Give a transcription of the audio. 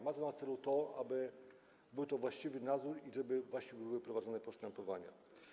Ma to na celu to, aby był właściwy nadzór i aby właściwie były prowadzone postępowania.